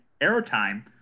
airtime